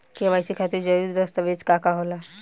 KYC खातिर जरूरी दस्तावेज का का होला?